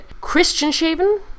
Christianshaven